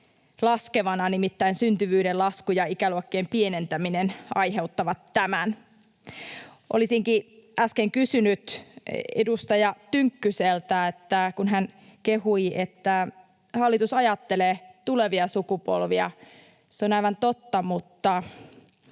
laskevana. Nimittäin syntyvyyden lasku ja ikäluokkien pienentäminen aiheuttavat tämän. Olisinkin äsken kysynyt edustaja Tynkkyseltä, kun hän kehui, että hallitus ajattelee tulevia sukupolvia: se on aivan totta, mutta